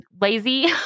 lazy